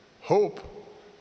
hope